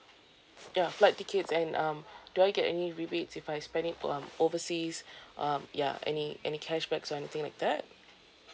ya flight tickets and um do I get any rebates if I spend it um oversea um ya any any cashbacks or anything like that